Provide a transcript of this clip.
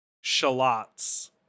shallots